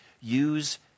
Use